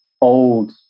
old